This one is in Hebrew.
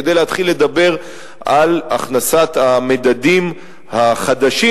כדי להתחיל לדבר על הכנסת המדדים החדשים